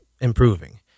improving